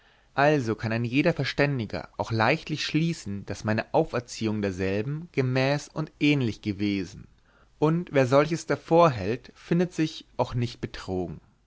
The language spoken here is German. also kann ein jeder verständiger auch leichtlich schließen daß meine auferziehung derselben gemäß und ähnlich gewesen und wer solches darvorhält findet sich auch nicht betrogen